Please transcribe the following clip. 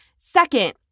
Second